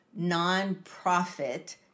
nonprofit